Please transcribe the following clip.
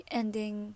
ending